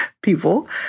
people